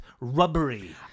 rubbery